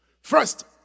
First